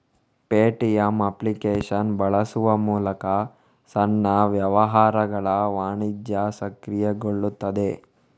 Paytm application ಬಳಸುವ ಮೂಲಕ ಸಣ್ಣ ವ್ಯವಹಾರಗಳ ವಾಣಿಜ್ಯ ಸಕ್ರಿಯಗೊಳ್ಳುತ್ತದೆ